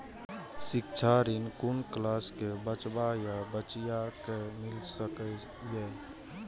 शिक्षा ऋण कुन क्लास कै बचवा या बचिया कै मिल सके यै?